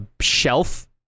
shelf